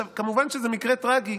כמובן שזה מקרה טרגי,